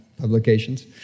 publications